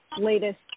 latest